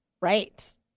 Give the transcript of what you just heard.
Right